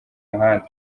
muhanda